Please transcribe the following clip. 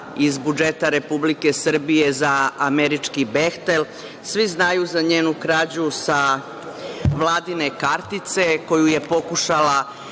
iz budžeta Republike Srbije za američki „Behtel“. Svi znaju za njenu krađu sa vladine kartice koju je pokušala